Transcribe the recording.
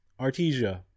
Artesia